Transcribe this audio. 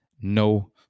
No